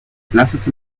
plazas